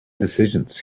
decisions